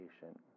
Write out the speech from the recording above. patient